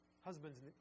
Husbands